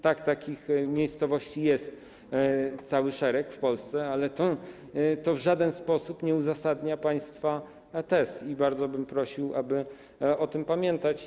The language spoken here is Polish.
Tak, takich miejscowości jest cały szereg w Polsce, ale to w żaden sposób nie uzasadnia państwa tez i bardzo bym prosił, aby o tym pamiętać.